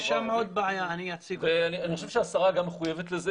ואני חושב שהשרה גם מחויבת לזה.